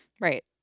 right